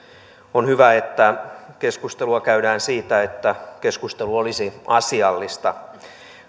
on hyvä että keskustelua käydään siitä että keskustelu olisi asiallista